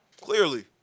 Clearly